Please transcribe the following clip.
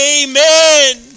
amen